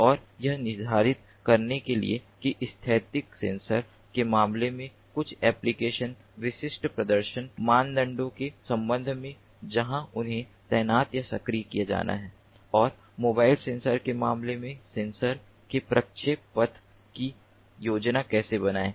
और यह निर्धारित करने के लिए कि स्थैतिक सेंसर के मामले में कुछ एप्लिकेशन विशिष्ट प्रदर्शन मानदंडों के संबंध में जहां उन्हें तैनात या सक्रिय करना है और मोबाइल सेंसर के मामले में सेंसर के प्रक्षेप पथ की योजना कैसे बनाएं